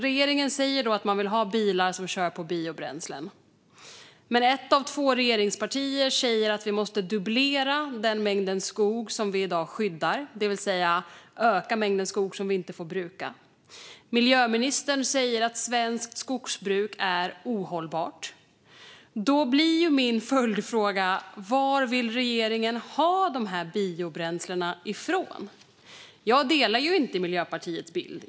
Regeringen säger att man vill ha bilar som kör på biobränslen, men ett av två regeringspartier säger att vi måste dubblera den mängd skog som vi i dag skyddar, det vill säga öka mängden skog som vi inte får bruka. Miljöministern säger att svenskt skogsbruk är ohållbart. Då blir min följdfråga: Varifrån vill regeringen ta de här biobränslena? Jag delar inte Miljöpartiets bild.